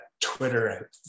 Twitter